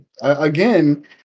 again